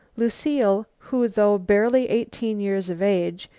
lucile, who, though barely eighteen years of age,